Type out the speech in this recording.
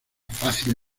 fácil